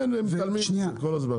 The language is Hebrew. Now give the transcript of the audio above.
כן, הם מתעלמים מזה כל הזמן.